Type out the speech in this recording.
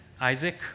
isaac